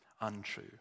untrue